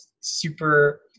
super